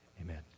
Amen